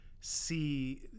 see